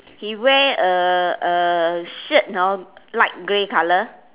he wear a a shirt hor light grey colour